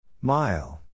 Mile